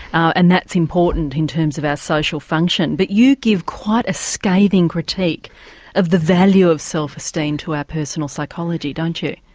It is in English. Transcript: and that's important in terms of our social function. but you give quite a scathing critique of the value of self-esteem to our personal psychology, don't you?